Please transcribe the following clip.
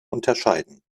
unterscheiden